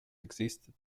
existed